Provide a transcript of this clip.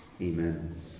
Amen